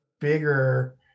bigger